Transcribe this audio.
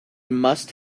must